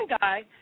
guy